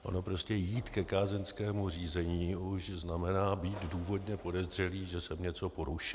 Ono prostě jít ke kázeňskému řízení už znamená být důvodně podezřelý, že jsem něco porušil.